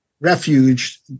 refuge